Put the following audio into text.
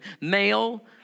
Male